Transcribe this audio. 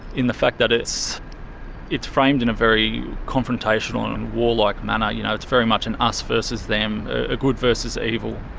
in the fact that it's it's framed in a very confrontational and war-like manner, you know it's very much an us versus them, ah good versus evil,